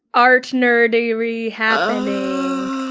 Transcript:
art nerdary happening